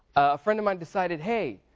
a friend of mine decided hey,